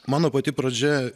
mano pati pradžia